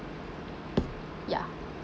yeah